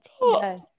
Yes